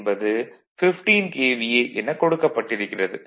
என்பது 15 KVA எனக் கொடுக்கப்பட்டிருக்கிறது